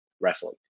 wrestling